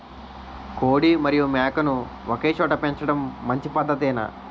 కోడి మరియు మేక ను ఒకేచోట పెంచడం మంచి పద్ధతేనా?